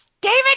David